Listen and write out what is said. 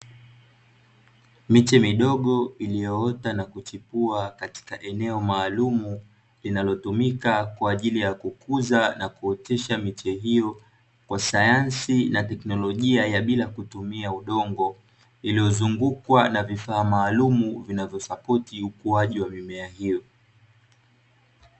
Miche midogo iliyoota na kuchipua katika eneo maalumu, linalotumika kwa ajili ya kukuza na kuotesha miche hiyo kwa sayansi na teknolojia ya bila kutumia udongo, iliyozungukwa na vifaa maalumu vinavyosapoti ukuaji wa mimea hiyo.